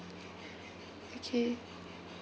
okay